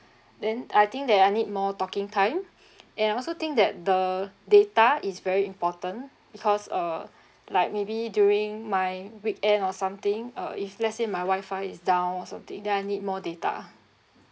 then I think that I need more talking time and I also think that the data is very important because uh like maybe during my weekend or something uh if let's say my wi-fi is down or something then I need more data